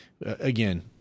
again